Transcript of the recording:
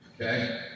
Okay